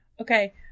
Okay